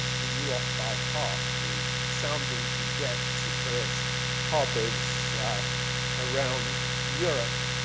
he knew off by heart the soundings and depths various harbors around europe.